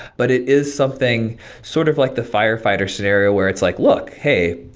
but it is something sort of like the firefighter scenario, where it's like, look. hey,